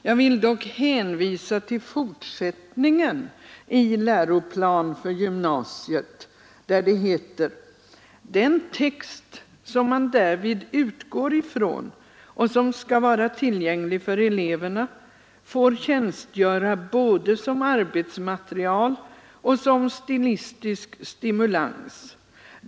Jag vill dock hänvisa till fortsättningen i läroplan för gymnasiet, där det heter: ”Den text som man därvid utgår från och som skall vara tillgänglig för eleverna får tjänstgöra både som arbetsmaterial och som stilistisk stimulans.